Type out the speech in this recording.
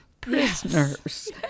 prisoners